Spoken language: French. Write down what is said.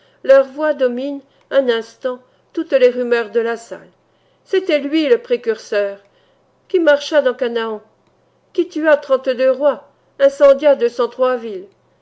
leurs voix dominent un instant toutes les rumeurs de la salle c'était lui le précurseur qui marcha dans chanaan qui tua trente-deux rois incendia deux